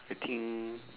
I think